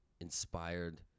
inspired